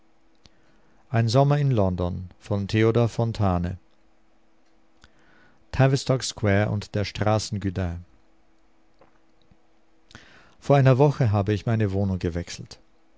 und der straßen gudin vor einer woche habe ich meine wohnung gewechselt